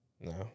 No